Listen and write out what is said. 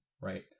right